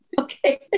Okay